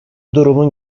durumun